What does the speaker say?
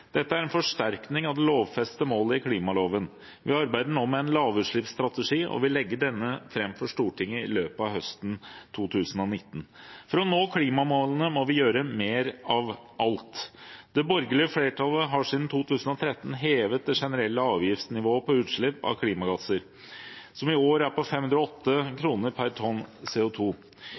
Dette er en forsterkning av det lovfestede målet i klimaloven. Vi arbeider nå med en lavutslippsstrategi og vil legge denne fram for Stortinget i løpet av høsten 2019. For å nå klimamålene må vi gjøre mer av alt. Det borgerlige flertallet har siden 2013 hevet det generelle avgiftsnivået for utslipp av klimagasser, som i år er på 508 kr per tonn